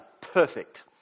perfect